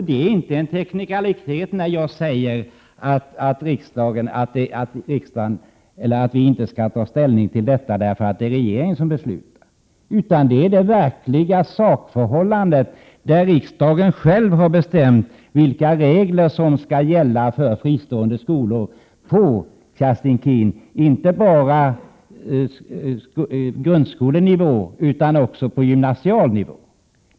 Det är inte en teknikalitet när jag säger att riksdagen inte skall ta ställning i denna fråga därför att det är regeringen som beslutar, utan det är det verkliga sakförhållandet, där riksdagen själv har bestämt vilka regler som skall gälla 123 för fristående skolor på, Kerstin Keen, inte bara grundskolenivå utan också gymnasial nivå.